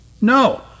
No